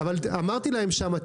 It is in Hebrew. אמרתי להם שם,